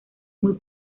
muy